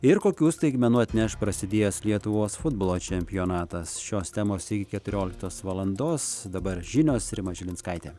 ir kokių staigmenų atneš prasidėjęs lietuvos futbolo čempionatas šios temos iki keturioliktos valandos dabar žinios rima žilinskaitė